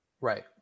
Right